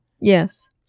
Yes